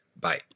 Bye